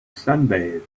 sunbathe